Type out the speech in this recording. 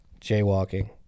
jaywalking